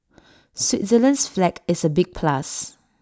Switzerland's flag is A big plus